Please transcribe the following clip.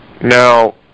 Now